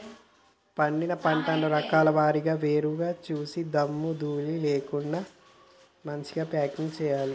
పండిన పంటను రకాల వారీగా వేరు చేసి దుమ్ము ధూళి లేకుండా చేసి మంచిగ ప్యాకింగ్ చేయాలి